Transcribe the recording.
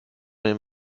den